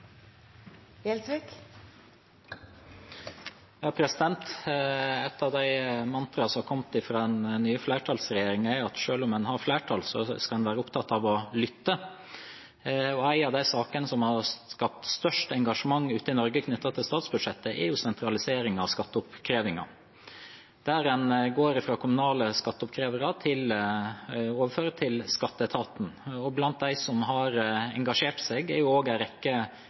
at selv om en har flertall, skal en være opptatt av å lytte. En av de sakene som har skapt størst engasjement ute i Norge knyttet til statsbudsjettet, er sentraliseringen av skatteoppkrevingen, der en går fra kommunale skatteoppkrevere til å overføre det til skatteetaten. Blant dem som har engasjert seg, er også en rekke